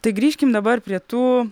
tai grįžkim dabar prie tų